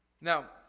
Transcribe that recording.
Now